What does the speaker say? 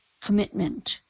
commitment